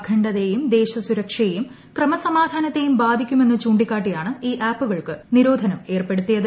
അഖണ്ഡതയേയും സുരക്ഷയെയും ക്രമസമാധാനത്തെയും ബാധിക്കുമെന്ന് ദേശ ചൂണ്ടിക്കാട്ടിയാണ് ഈ ആപ്പുകൾക്ക് നിരോധനം ഏർപ്പെടുത്തിയത്